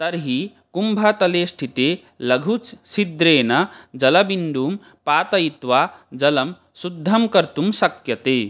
तर्हि कुम्भतले स्थिते लघुच्छिद्रेण जलबिन्दुं पातयित्वा जलं शुद्धं कर्तुं शक्यते